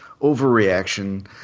overreaction